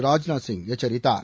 ராஜ்நாத் சிங் எச்சரித்தார்